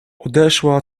odeszła